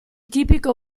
tipico